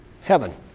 heaven